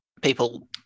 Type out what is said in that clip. people